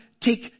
take